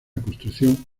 construcción